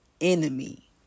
enemy